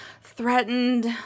threatened